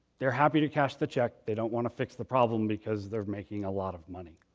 they're happy to cash the check. they don't want to fix the problem because they're making a lot of money.